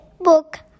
book